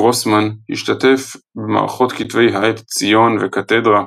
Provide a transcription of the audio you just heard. גרוסמן השתתף במערכות כתבי העת ציון וקתדרה,